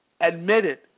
admitted